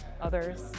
others